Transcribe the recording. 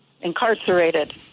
incarcerated